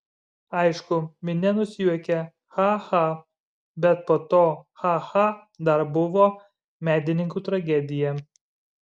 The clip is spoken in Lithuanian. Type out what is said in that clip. aišku minia nusijuokė cha cha bet po to cha cha dar buvo medininkų tragedija